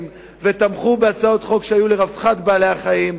ותמכתם בהצעות חוק שהיו לרווחת בעלי-החיים.